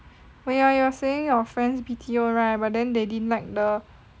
oh ya you were saying your friends B_T_O right but then they didn't like the